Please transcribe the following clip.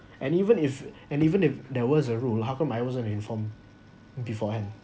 and even if and even if there was a rule how come I wasn't informed beforehand